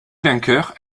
vainqueurs